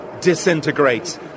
disintegrates